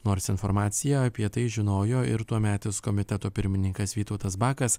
nors informaciją apie tai žinojo ir tuometis komiteto pirmininkas vytautas bakas